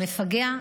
המפגע,